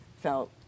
felt